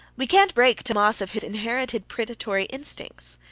we can't break tammas of his inherited predatory instincts.